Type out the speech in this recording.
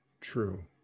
true